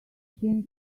him